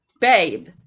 babe